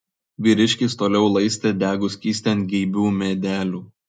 vyriškis toliau laistė degų skystį ant geibių medelių